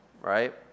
right